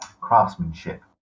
craftsmanship